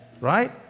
right